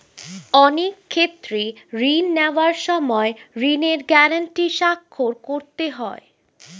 অনেক ক্ষেত্রে ঋণ নেওয়ার সময় ঋণের গ্যারান্টি স্বাক্ষর করতে হয়